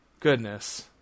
goodness